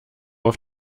auf